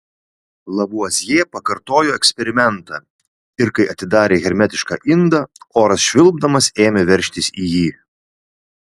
lavuazjė pakartojo eksperimentą ir kai atidarė hermetišką indą oras švilpdamas ėmė veržtis į jį